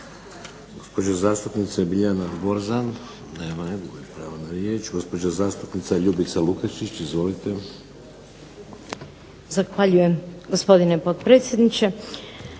Gospođa zastupnica Biljana Borzan. Nema je. gubi pravo na riječ. Gospođa zastupnica Ljubica Lukačić, izvolite. **Lukačić, Ljubica (HDZ)** Zahvaljujem, gospodine potpredsjedniče.